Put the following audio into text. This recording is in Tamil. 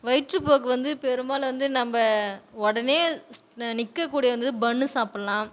வயிற்றுப்போக்கு வந்து பெரும்பாலும் வந்து நம்ப உடனே நிற்கக்கூடியது வந்து பன்னு சாப்பிட்லாம்